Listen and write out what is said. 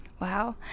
Wow